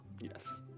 Yes